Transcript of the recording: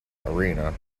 arena